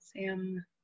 Sam